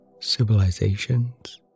civilizations